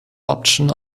option